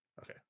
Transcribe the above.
Okay